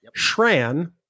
Shran